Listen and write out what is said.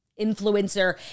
influencer